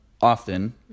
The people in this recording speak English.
often